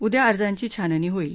उद्या अर्जांची छाननी होईल